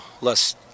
less